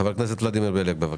חבר הכנסת ולדימיר בליאק, בבקשה.